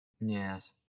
Yes